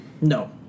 No